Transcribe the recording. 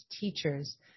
teachers